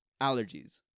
allergies